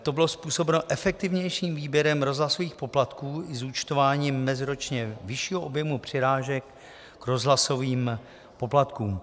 To bylo způsobeno efektivnějším výběrem rozhlasových poplatků i zúčtováním meziročně vyššího objemu přirážek k rozhlasovým poplatkům.